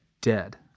dead